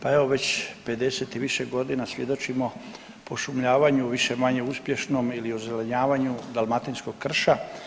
Pa evo već 50 i više godina svjedočimo pošumljavanju više-manje uspješnom ili ozelenjavanju dalmatinskog krša.